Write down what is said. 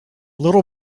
little